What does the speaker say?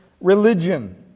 religion